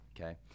Okay